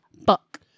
book